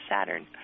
Saturn